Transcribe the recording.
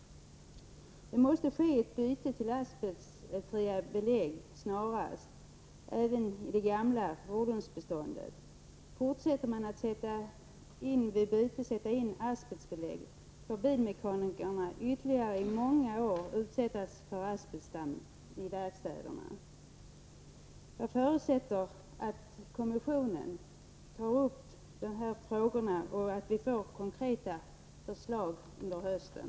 Ett byte till asbestfria belägg måste ske snarast, även i det gamla fordonsbeståndet. Fortsätter man att vid byte sätta in asbestbelägg, får bilmekanikerna i ytterligare många år utsättas för asbestdamm i verkstäderna. Jag förutsätter att kommissionen tar upp dessa frågor och att vi får konkreta förslag under hösten.